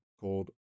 called